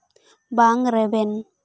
ᱵᱟᱝ ᱨᱮᱵᱮᱱ